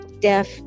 deaf